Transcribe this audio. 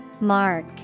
Mark